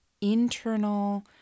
internal